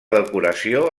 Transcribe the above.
decoració